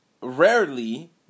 rarely